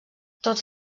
tots